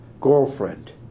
girlfriend